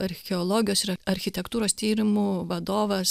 archeologijos ir architektūros tyrimų vadovas